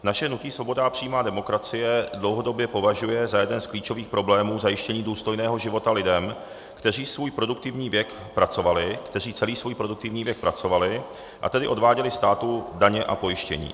Naše hnutí Svoboda a přímá demokracie dlouhodobě považuje za jeden z klíčových problémů zajištění důstojného života lidem, kteří svůj produktivní věk pracovali, kteří celý svůj produktivní věk pracovali, a tedy odváděli státu daně a pojištění.